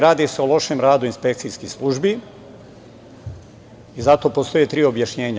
Radi se o lošem radu inspekcijskih službi i za to postoje tri objašnjenja.